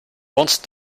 once